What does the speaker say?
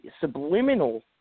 subliminal